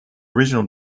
original